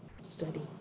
study